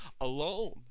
alone